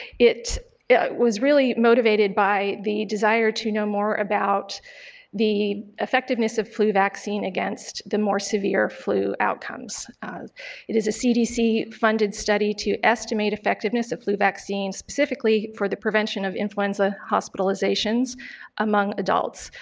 it yeah it was really motivated by the desire to know more about the effectiveness of flu vaccine against the more severe flu outcomes. it is a cdc funded study to estimate effectiveness of flu vaccines specifically for the prevention of influenza hospitalizations among adults.